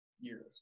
years